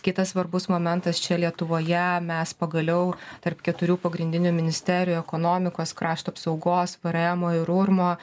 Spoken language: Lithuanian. kitas svarbus momentas čia lietuvoje mes pagaliau tarp keturių pagrindinių ministerijų ekonomikos krašto apsaugos vrmo ir urmo